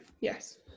yes